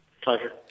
Pleasure